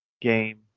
game